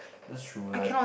that's true like